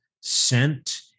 sent